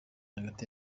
hagati